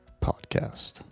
Podcast